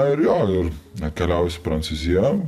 na ir jo nekeliausi prancūzija